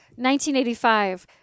1985